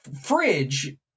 fridge